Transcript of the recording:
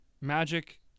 Magic